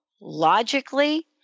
logically